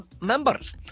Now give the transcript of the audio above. members